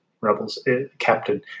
Rebels—Captain